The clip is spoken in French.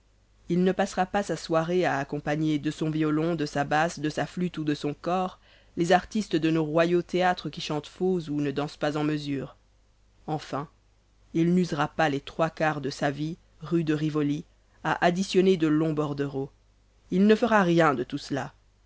il ne passera pas sa soirée à accompagner de son violon de sa basse de sa flûte ou de son cor les artistes de nos royaux théâtres qui chantent faux ou ne dansent pas en mesure enfin il n'usera pas les trois quarts de sa vie rue de rivoli à additionner de longs bordereaux il ne fera rien de tout cela